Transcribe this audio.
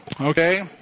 okay